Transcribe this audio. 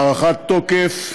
(הארכת תוקף החוק),